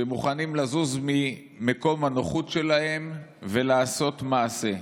שמוכנים לזוז ממקום הנוחות שלהם ולעשות מעשה,